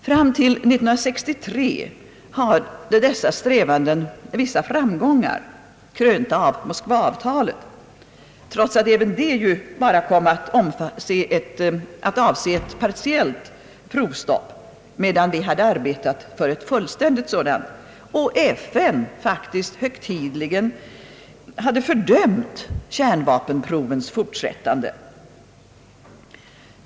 Fram till 1963 hade dessa strävanden vissa framgångar, krönta av Moskvaavtalet, trots att även det ju endast kom att avse ett partiellt provstopp, medan vi hade arbetat för ett fullständigt sådant och FN faktiskt högtidligen hade fördömt kärnvapenprovens fortsättande.